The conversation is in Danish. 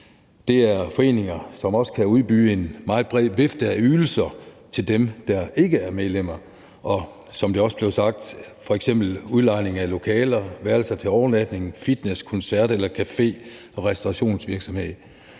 Det er foreninger, som også kan udbyde en meget bred vifte af ydelser til dem, der ikke er medlemmer – det gælder, som det også blev sagt, f.eks. udlejning af lokaler og værelser til overnatning, fitnessvirksomhed, koncertvirksomhed og café- og restaurationsvirksomhed.